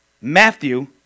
Matthew